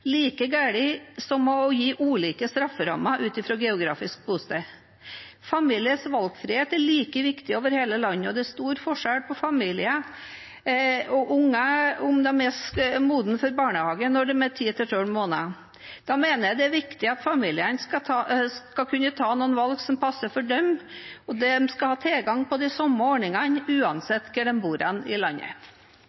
like galt som å gi ulike strafferammer ut fra geografisk bosted. Familiers valgfrihet er like viktig over hele landet, og det er stor forskjell på familier og om unger er modne for barnehage når de er 10–12 måneder. Da mener jeg det er viktig at familiene skal kunne ta noen valg som passer for dem, og de skal ha tilgang på de samme ordningene